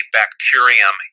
bacterium